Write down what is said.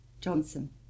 Johnson